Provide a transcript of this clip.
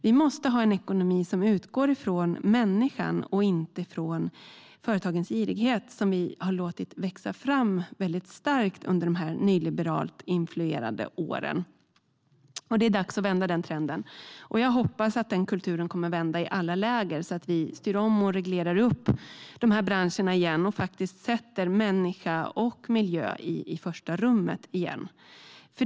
Vi måste ha en ekonomi som utgår ifrån människan och inte ifrån företagens girighet, som vi har låtit växa fram väldigt starkt under dessa nyliberalt influerade år. Det är dags att vända trenden. Jag hoppas att kulturen kommer att vända i alla läger så att vi styr om och reglerar branscherna igen och åter sätter människa och miljö i första rummet.